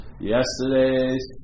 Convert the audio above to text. yesterday's